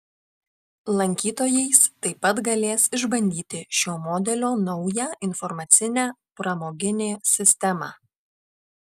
lankytojais taip pat galės išbandyti šio modelio naują informacinę pramoginė sistemą